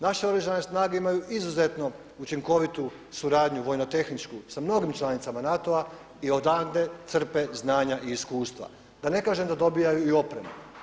Naše Oružane snage imaju izuzetno učinkovitu suradnju vojno-tehničku sa mnogim članicama NATO-a i odavde srpe znanja i iskustva, da ne kažem da dobijaju i opremu.